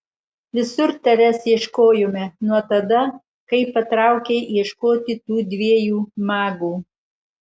visur tavęs ieškojome nuo tada kai patraukei ieškoti tų dviejų magų